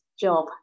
job